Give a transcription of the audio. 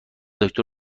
دکتر